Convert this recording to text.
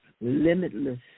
limitless